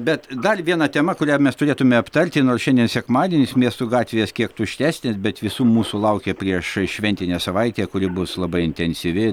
bet dar viena tema kurią mes turėtume aptarti nors šiandien sekmadienis miestų gatvės kiek tuštesnės bet visų mūsų laukia prieššventinė savaitė kuri bus labai intensyvi